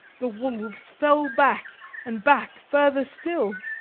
the wolves fell back and back further still.